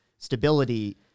Stability